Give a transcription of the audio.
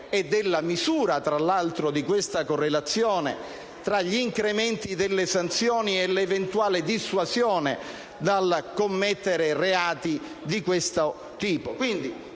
e della misura, tra l'altro, di questa correlazione tra gli incrementi delle sanzioni e l'eventuale dissuasione dal commettere reati di questo tipo.